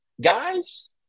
guys